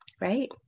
right